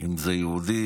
אם זה יהודי,